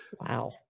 Wow